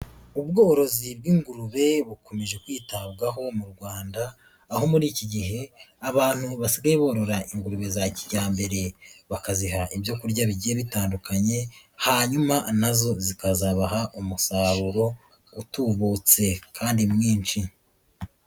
Ubworozi bw'ingurube bukomeje kwitabwaho mu Rwanda, aho muri iki gihe abantu basigaye borora ingurube za kijyambere bakaziha ibyo kurya bigiye bitandukanye, hanyuma nazo zikazabaha umusaruro utubutse kandi mwinshi.